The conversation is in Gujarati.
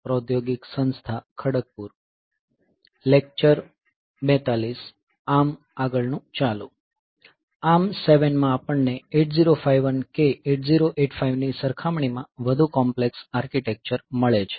ARM7 માં આપણને 8051 કે 8085 ની સરખામણીમાં વધુ કોમ્પ્લેક્સ આર્કિટેક્ચર મળે છે